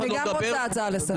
אני גם רוצה הצעה לסדר.